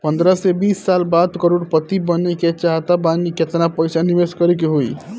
पंद्रह से बीस साल बाद करोड़ पति बने के चाहता बानी केतना पइसा निवेस करे के होई?